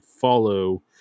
follow